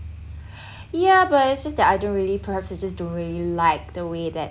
yeah but it's just that I don't really perhaps I just don't really like the way that